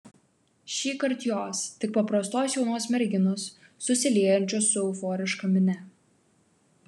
šįkart jos tik paprastos jaunos merginos susiliejančios su euforiška minia